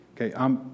Okay